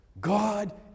God